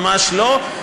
ממש לא.